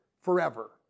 forever